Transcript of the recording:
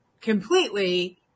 completely